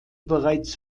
bereits